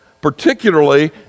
particularly